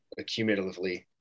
accumulatively